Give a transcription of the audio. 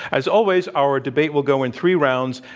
as always, our debate will go in three rounds,